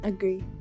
Agree